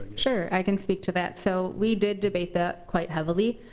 sure, i can speak to that. so we did debate that quite heavily.